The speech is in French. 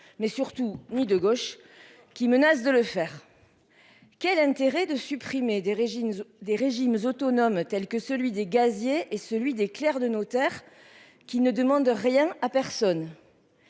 mais surtout ni de gauche, qui menace de le faire. Quel est l'intérêt de supprimer des régimes autonomes tels que celui des gaziers ou des clercs de notaire, qui ne demandent rien à personne ?